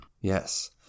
Yes